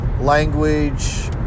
language